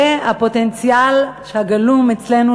זה הפוטנציאל הגלום אצלנו,